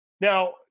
now